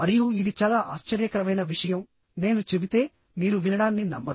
మరియు ఇది చాలా ఆశ్చర్యకరమైన విషయం నేను చెబితే మీరు వినడాన్ని నమ్మరు